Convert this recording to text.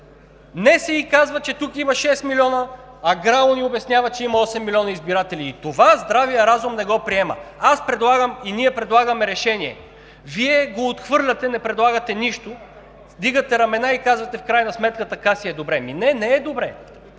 НСИ казва, че тук има шест милиона, а ГРАО ни обяснява, че има осем милиона избиратели. Това здравият разум не го приема. Ние предлагаме решение. Вие го отхвърляте, не предлагате нищо, вдигате рамене и казвате: „В крайна сметка така си е добре.“ Не, не е добре.